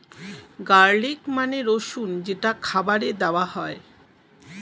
garlic মানে রসুন যেটা খাবারে দেওয়া হয়